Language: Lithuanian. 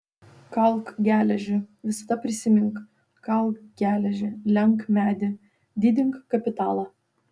kalk geležį visada prisimink kalk geležį lenk medį didink kapitalą